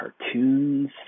cartoons